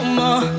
more